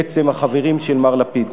בעצם החברים של מר לפיד.